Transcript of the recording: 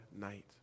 night